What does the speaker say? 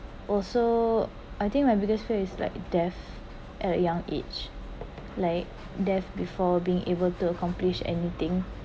also I think my biggest fear is like death at a young age like death before being able to accomplish anything